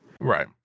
right